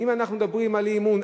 ואם אנחנו מדברים על אי-אמון,